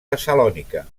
tessalònica